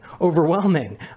overwhelming